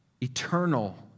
eternal